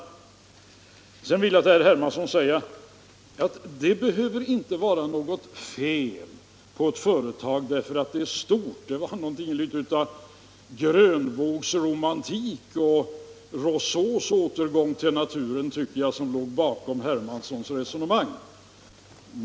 Jag vill vidare säga till herr Hermansson att det inte behöver vara något fel på ett företag bara därför att det är stort. Jag tycker att det låg litet av grönvågsromantik och Rosseaus återgång till naturen bakom herr Hermanssons resonemang.